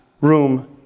room